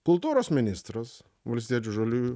kultūros ministras valstiečių žaliųjų